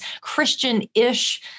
Christian-ish